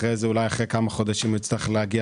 אחרי זה אולי אחרי כמה חודשים נצטרך להגיע